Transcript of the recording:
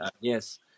Yes